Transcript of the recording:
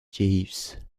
jeeves